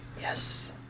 Yes